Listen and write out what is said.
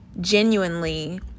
genuinely